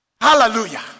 Hallelujah